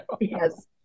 Yes